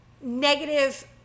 negative